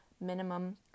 minimum